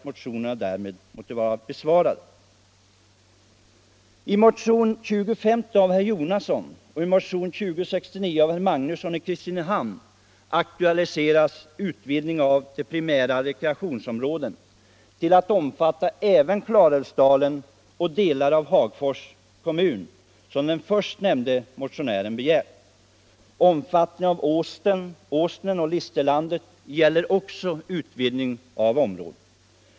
Motionerna bör med detta anses besvarade.